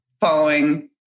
following